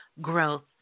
growth